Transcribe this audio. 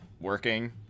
working